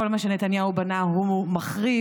כל מה שנתניהו בנה הוא מחריב.